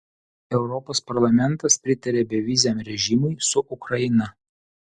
europos parlamentas pritarė beviziam režimui su ukraina